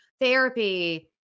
therapy